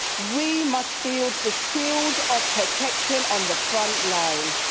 we must be ah the shields of protection on the front line.